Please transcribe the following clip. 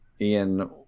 Ian